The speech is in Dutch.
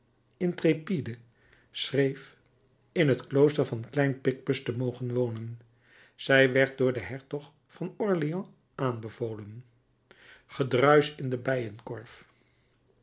intrépide schreef in het klooster van klein picpus te mogen wonen zij werd door den hertog van orleans aanbevolen gedruisch in de